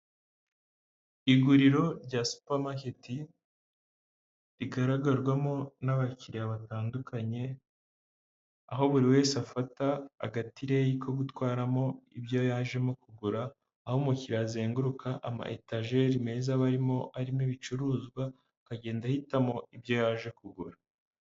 Iguriro rya supamaketi, rigaragarwamo n'abakiriya batandukanye, aho buri wese afata agatireyi ko gutwaramo ibyo yajemo kugura, aho umukiriya azenguruka ama etajeri meza barimo arimo ibicuruzwa, akagenda ahitamo ibyo yaje kugura.